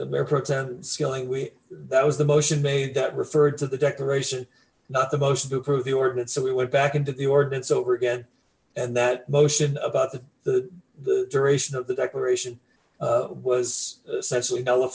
we that was the motion made that referred to the declaration not the motion to approve the ordinance so we went back into the ordinance over again and that motion about the the duration of the declaration was essentially